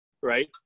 right